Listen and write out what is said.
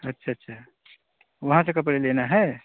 अच्छा अच्छा अच्छा वहाँ से कपड़े लेना है